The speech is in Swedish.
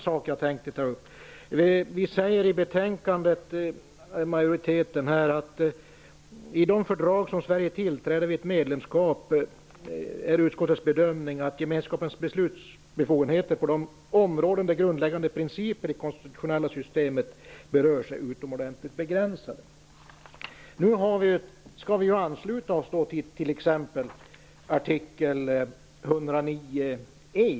I betänkandet säger utskottsmajoriteten: ''I de fördrag som Sverige tillträder vid ett medlemskap är enligt utskottets bedömning gemenskapernas beslutsbefogenheter på de områden där grundläggande principer i vårt konstitutionella system berörs utomordentligt begränsade.'' Nu skall ju Sverige anslutas till t.ex. artikel 109 E.